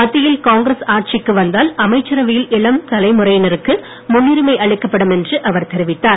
மத்தியில் காங்கிரஸ் ஆட்சிக்கு வந்தால் அமைச்சரவையில் இளம் தலைமுறையினருக்கு முன்னுரிமை அளிக்கப்படும் என்று அவர் தெரிவித்தார்